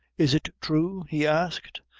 is it thrue, he asked,